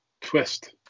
Twist